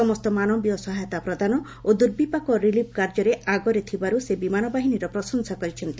ସମସ୍ତ ମାନବୀୟ ସହାୟତା ପ୍ରଦାନ ଓ ଦୁର୍ବିପାକ ରିଲିଫ୍ କାର୍ଯ୍ୟରେ ଆଗରେ ଥିବାରୁ ସେ ବିମାନ ବାହିନୀର ପ୍ରଶଂସା କରିଛନ୍ତି